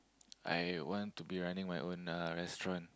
I want to be running my own restaurant